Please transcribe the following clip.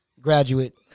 graduate